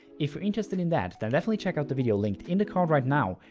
if you're interested in that then definitely check out the video linked in the card right now,